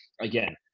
Again